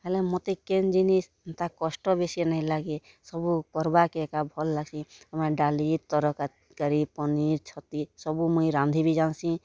ହେଲେ ମୋତେ କେନ୍ ଜିନିଷ୍ ହେନ୍ତା କଷ୍ଟ ବେଶି ନାଇଁ ଲାଗେ ସବୁ କର୍ବାକେ ଏକା ଭଲ୍ ଲାଗ୍ସି ଡାଲି ତରକା କାରୀ ପନିର୍ ଛତି ସବୁ ମୁଇଁ ରାନ୍ଧି ବି ଜାନ୍ସି